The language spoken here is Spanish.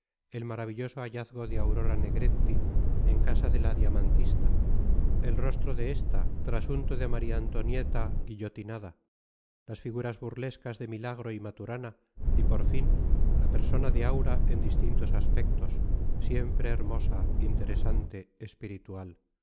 el maravilloso hallazgo de aurora negretti en casa de la diamantista el rostro de esta trasunto de maría antonieta guillotinada las figuras burlescas de milagro y maturana y por fin la persona de aura en distintos aspectos siempre hermosa interesante espiritual